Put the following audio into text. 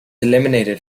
eliminated